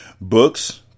Books